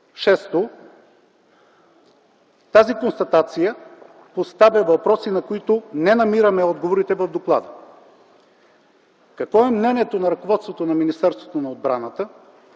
Шесто, тази констатация поставя въпроси, на които не намираме отговорите в доклада. Какво е мнението на ръководството на Министерството на отбраната